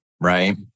right